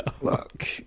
Look